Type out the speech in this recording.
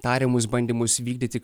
tariamus bandymus vykdyti